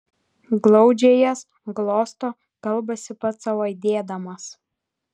glaudžia jas glosto kalbasi pats sau aidėdamas